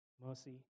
Mercy